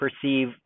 perceive